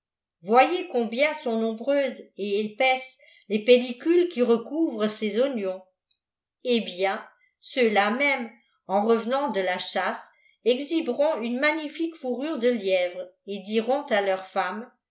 voyez combien sont nombreuses et épaisses les pellicules qui recouvrent ces oignons eh bien ceux-là mêmes en revenant de lâchasse exhiberont une magnifique fourrure de liètre et diront à leur femme